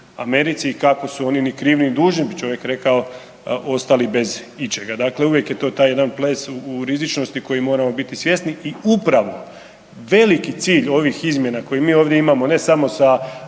Americi i kako su oni ni krivi ni dužni, kako bi čovjek rekao, ostali bez ičega. Dakle, uvijek je to taj jedan ples u rizičnosti kojeg moramo biti svjesni i upravo veliki cilj ovih izmjena koje mi ovdje imamo ne samo sa